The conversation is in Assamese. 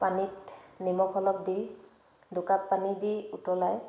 পানীত নিমখ অলপ দি দুকাপ পানী দি উতলাই